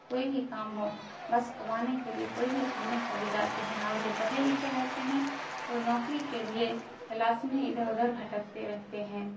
کوئی بھی کام ہو بس کمانے کے لیے کوئی بھی کام میں چلے جاتے ہیں اور جو پڑھے لکھے رہتے ہیں وہ نوکری کے لیے تلاش میں ادھر ادھر بھٹکتے رہتے ہیں